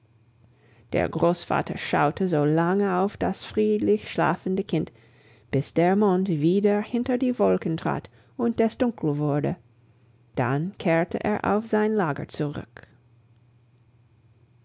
der großvater schaute so lange auf das friedlich schlafende kind bis der mond wieder hinter die wolken trat und es dunkel wurde dann kehrte er auf sein lager zurück